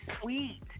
sweet